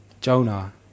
Jonah